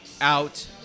out